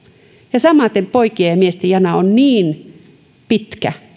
ja samaten poikien ja miesten jana on niin pitkä